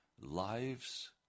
lives